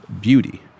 beauty